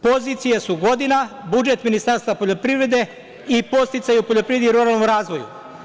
Pozicije su godina, budžet Ministarstva poljoprivrede i podsticaji u poljoprivredi i ruralnom razvoju.